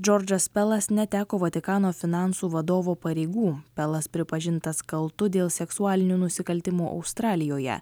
džordžas pelas neteko vatikano finansų vadovo pareigų pelas pripažintas kaltu dėl seksualinių nusikaltimų australijoje